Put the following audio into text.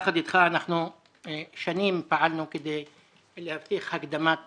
יחד אתך אנחנו שנים פעלנו שנים פעלנו כדי להבטיח הקדמת